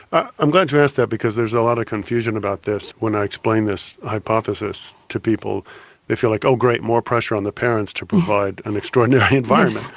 i'm glad you asked that because there's a lot of confusion about this when i explain this hypothesis to people they feel like oh great, more pressure on the parents to provide an extraordinary environment.